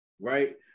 right